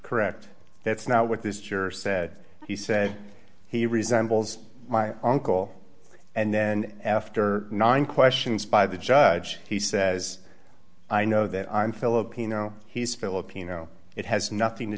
correct that's not what this juror said he said he resembles my uncle and then after nine questions by the judge he says i know that i'm filipino he's filipino it has nothing to